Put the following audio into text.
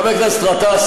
חבר הכנסת גטאס,